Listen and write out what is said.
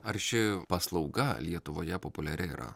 ar ši paslauga lietuvoje populiari yra